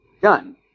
gun